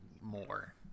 more